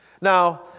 Now